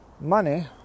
money